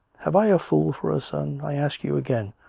have i a fool for a son? i ask you again,